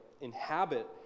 inhabit